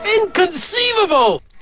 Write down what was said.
Inconceivable